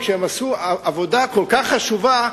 כשהם עשו עבודה כל כך חשובה,